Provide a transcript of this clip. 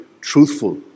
truthful